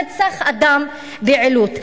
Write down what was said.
נרצח אדם מעילוט.